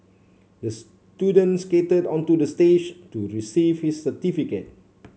the student skated onto the stage to receive his certificate